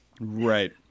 Right